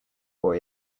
boy